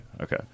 okay